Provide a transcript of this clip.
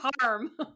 harm